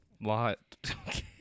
lot